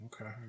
Okay